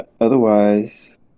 Otherwise